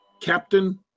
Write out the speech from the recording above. Captain